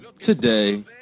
Today